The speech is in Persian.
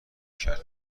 کرد